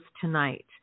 tonight